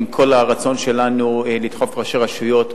עם כל הרצון שלנו לדחוף ראשי רשויות,